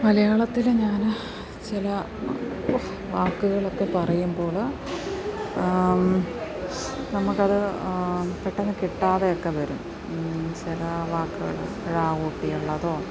മലയാളത്തില് ഞാന് ചില വാക്കുകളൊക്കെ പറയുമ്പോള് നമുക്കത് പെട്ടെന്ന് കിട്ടാതെയെക്കെ വരും ചില വാക്കുകള് ഴ കൂട്ടിയുള്ളതോ